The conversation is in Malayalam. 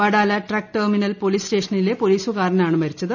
വഡാല ട്രക്ക് ടെർമിനൽ പോലീസ് സ്റ്റേഷനിലെ പൊലീസുകാരനാണ് മരിച്ചത്